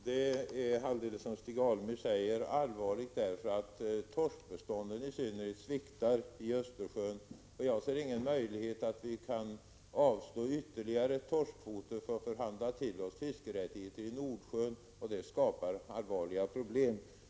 Fru talman! Det är alldeles som Stig Alemyr säger allvarligt därför att i synnerhet torskbestånden sviktar i Östersjön. Jag ser ingen möjlighet att vi kan avstå ytterligare torskkvoter för att förhandla till oss fiskerättigheter i Nordsjön, och det skapar allvarliga problem.